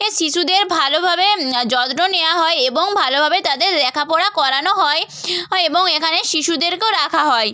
এ শিশুদের ভালোভাবে যত্ন নেওয়া হয় এবং ভালোভাবে তাদের লেখাপড়া করানো হয় এবং এখানে শিশুদেরকেও রাখা হয়